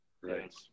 Right